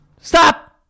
Stop